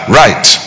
right